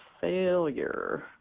failure